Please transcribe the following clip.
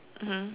mmhmm